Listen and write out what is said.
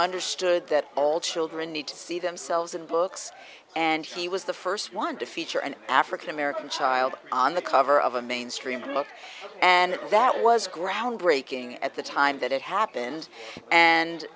understood that all children need to see themselves in books and he was the st one to feature an african american child on the cover of a mainstream look and that was groundbreaking at the time that it happened